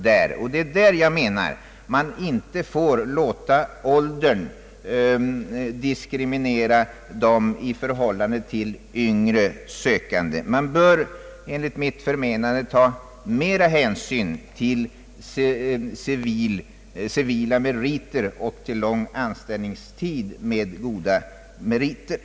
Enligt min mening får man inte låta åldern diskriminera dem i förhållande till yngre sökande. Man bör enligt min uppfattning ta större hänsyn till civila meriter och till lång anställningstid med goda vitsord.